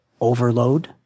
overload